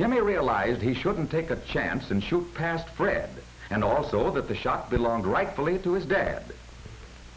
jimmy realized he shouldn't take a chance and shoot past fred and also that the shot belonged rightfully to his dad